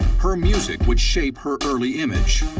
her music would shape her early image.